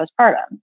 postpartum